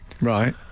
Right